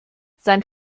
sein